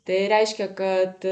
tai reiškia kad